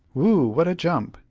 whew! what a jump,